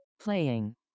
Playing